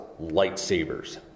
lightsabers